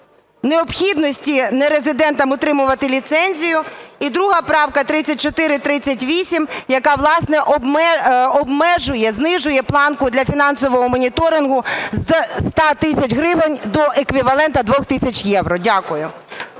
необхідності нерезидентам отримувати ліцензію і друга правка 3438, яка, власне, обмежує, знижує планку для фінансового моніторингу з 100 тисяч гривень до еквівалента 2 тисяч євро. Дякую.